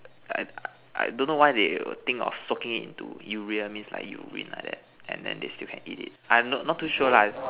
I I don't know why they were think of soaking it into urea means like urine like that and then they still can eat it I I'm not too sure lah